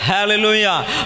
Hallelujah